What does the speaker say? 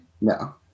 No